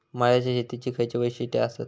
मळ्याच्या शेतीची खयची वैशिष्ठ आसत?